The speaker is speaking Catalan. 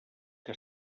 que